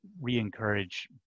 re-encourage